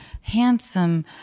handsome